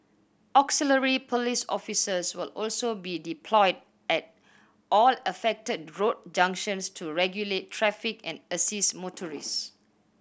auxiliary police officers will also be deployed at all affected road junctions to regulate traffic and assist motorists